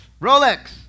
Rolex